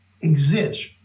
exist